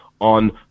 on